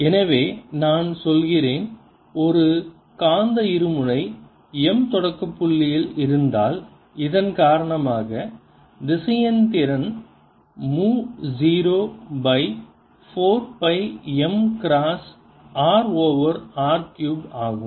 rr3 எனவே நான் சொல்கிறேன் நான் ஒரு காந்த இருமுனை m தொடக்க புள்ளியில் இருந்தால் இதன் காரணமாக திசையன் திறன் மு zero pi 4 pi m cross r over r cube ஆகும்